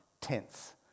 tense